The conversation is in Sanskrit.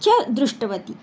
च दृष्टवती